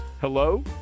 hello